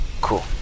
cool